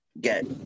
get